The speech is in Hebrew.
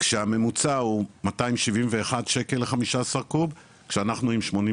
כשהממוצע הוא 271 שקל ל- 15 קוב, כשאנחנו עם 89,